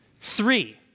Three